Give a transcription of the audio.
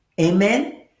Amen